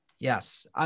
Yes